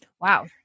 Wow